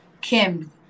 Kim